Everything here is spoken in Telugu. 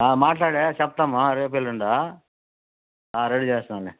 మాట్లాడి చెప్తాము రేపెల్లుండో రెడీ చేస్తాంలే